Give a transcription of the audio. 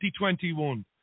2021